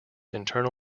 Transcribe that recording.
internal